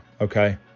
okay